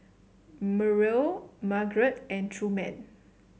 Myrle Margarett and Truman